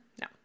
no